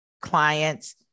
clients